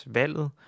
valget